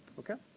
okay?